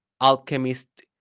alchemist